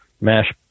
mash